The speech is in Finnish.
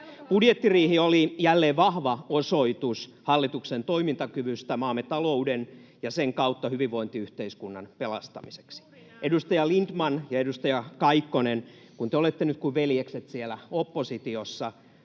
Budjettiriihi oli jälleen vahva osoitus hallituksen toimintakyvystä maamme talouden ja sen kautta hyvinvointiyhteiskunnan pelastamiseksi. [Sanna Antikainen: Juuri näin!] Edustaja Lindtman ja edustaja Kaikkonen, kun te olette nyt kuin veljekset siellä oppositiossa,